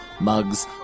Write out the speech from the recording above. mugs